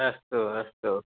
अस्तु अस्तु